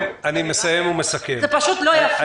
זה פשוט לא יפה.